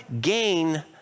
gain